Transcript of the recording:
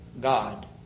God